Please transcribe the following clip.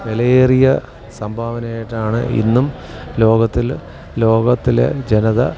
വിലയേറിയ സംഭാവനയായിട്ടാണ് ഇന്നും ലോകത്തിൽ ലോകത്തിലെ ജനത